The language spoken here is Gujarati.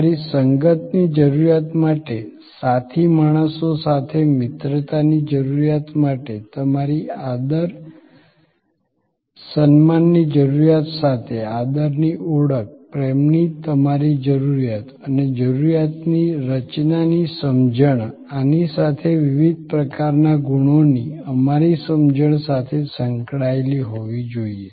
તમારી સંગતની જરૂરિયાત માટે સાથી માણસો સાથે મિત્રતાની જરૂરિયાત માટે તમારી આદર સન્માન ની જરૂરિયાત સાથે આદરની ઓળખ પ્રેમની તમારી જરૂરિયાત અને જરૂરિયાતની રચનાની સમજણ આની સાથે વિવિધ પ્રકારના ગુણોની અમારી સમજણ સાથે સંકળાયેલી હોવી જોઈએ